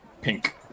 pink